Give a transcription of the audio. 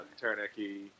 Taranaki